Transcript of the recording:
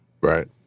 Right